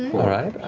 all right.